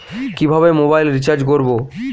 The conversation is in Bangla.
কিভাবে মোবাইল রিচার্জ করব?